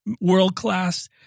world-class